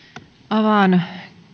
avaan